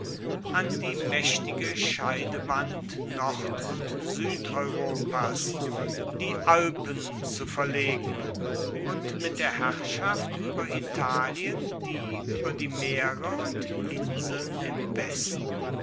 an die maechtige scheidewand nord und suedeuropas die alpen zu verlegen und mit der herrschaft ueber italien die ueber die meere und inseln im westen